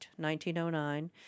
1909